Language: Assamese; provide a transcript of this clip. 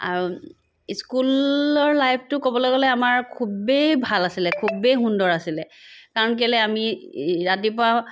আৰু স্কুলৰ লাইফটো ক'বলৈ গ'লে আমাৰ খুবেই ভাল আছিলে খুবেই সুন্দৰ আছিলে কাৰণ কেলে আমি ৰাতিপুৱা